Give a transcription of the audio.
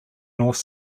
north